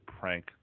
prank